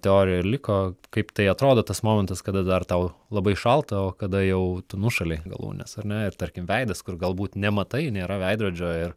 teorija ir liko kaip tai atrodo tas momentas kada dar tau labai šalta o kada jau tu nušalei galūnes ar ne ir tarkim veidas kur galbūt nematai nėra veidrodžio ir